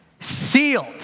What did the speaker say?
sealed